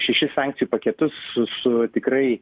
šešis sankcijų paketus su tikrai